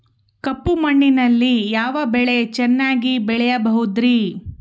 ಕಪ್ಪು ಮಣ್ಣಿನಲ್ಲಿ ಯಾವ ಬೆಳೆ ಚೆನ್ನಾಗಿ ಬೆಳೆಯಬಹುದ್ರಿ?